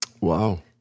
Wow